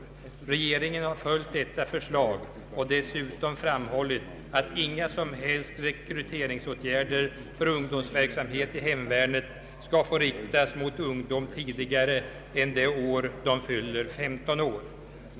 Regeringen har följt detta förslag och dessutom framhållit att inga som helst rekryteringsåtgärder för ungdomsverksamhet i hemvärnet skall få riktas mot ungdom tidigare än det år ungdomarna fyller 15 år.